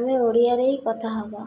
ଆମେ ଓଡ଼ିଆରେ ହିଁ କଥା ହେବା